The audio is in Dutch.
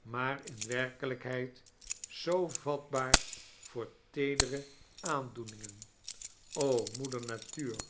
maar in werkelijkbeid zoo vatbaar voor teedere aandoeningen o moeder natuur